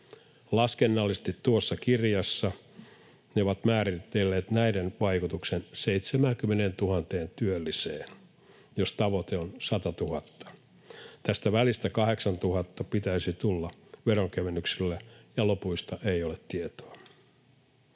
Laskennallisesti tuossa kirjassa näiden vaikutus on määritelty 70 000 työlliseen, jos tavoite on 100 000. Tästä välistä 8 000 pitäisi tulla veronkevennyksillä, ja lopuista ei ole tietoa.